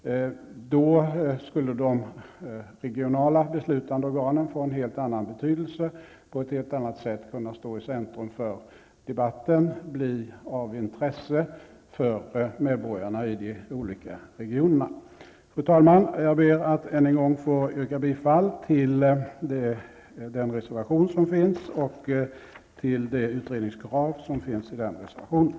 Då skulle de regionala beslutande organen få en helt annan betydelse och på ett helt annat sätt stå i centrum för debatten, dvs. bli av intresse för medborgarna i de olika regionerna. Fru talman! Jag ber att än en gång få yrka bifall till den reservation som finns och till det utredningskrav som finns med i den reservationen.